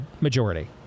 majority